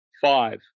five